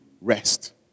rest